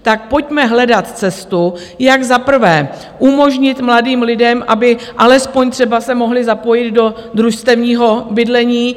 Tak pojďme hledat cestu, jak za prvé umožnit mladým lidem, aby alespoň třeba se mohli zapojit do družstevního bydlení.